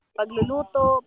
pagluluto